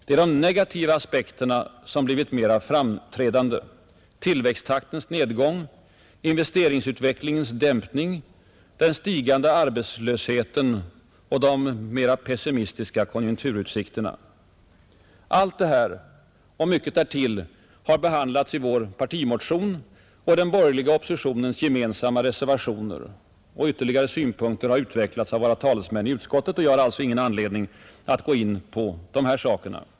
Det är de negativa aspekterna som har blivit mer framträdande: tillväxttaktens nedgång, investeringsutvecklingens dämpning, den stigande arbetslösheten och de mera pessimistiska konjunkturutsikterna. Allt detta och mycket därtill har behandlats i vår partimotion och i den borgerliga oppositionens gemensamma reservationer. Ytterligare synpunkter har utvecklats av våra talesmän i utskottet, och jag har alltså ingen anledning att gå in på dessa saker.